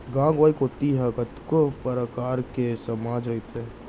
गाँव गंवई कोती तो कतको परकार के समाज रहिथे